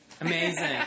Amazing